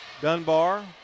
Dunbar